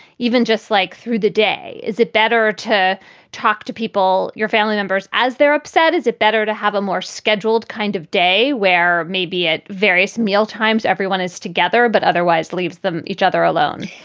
even just like through the day. is it better to talk to people, your family members, as they're upset? is it better to have a more scheduled kind of day where maybe at various mealtimes everyone is together, but otherwise leaves them each other alone